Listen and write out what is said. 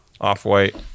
off-white